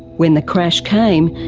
when the crash came,